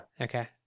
Okay